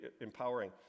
empowering